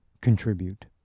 contribute